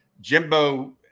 Jimbo –